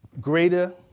greater